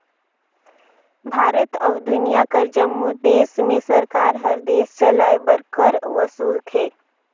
भारत अउ दुनियां कर जम्मो देस में सरकार हर देस चलाए बर कर वसूलथे